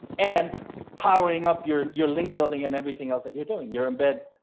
and powering up your your link building and everything else that you're doing your embed,